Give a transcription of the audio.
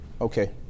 Okay